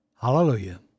Hallelujah